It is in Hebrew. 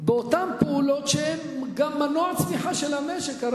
באותן פעולות שהן גם מנוע צמיחה של המשק.